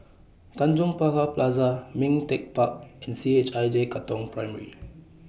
Tanjong Pagar Plaza Ming Teck Park and C H I J Katong Primary